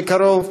בקרוב.